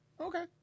Okay